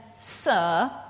sir